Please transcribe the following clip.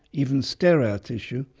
even sterile tissue,